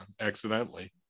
accidentally